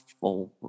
forward